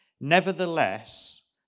Nevertheless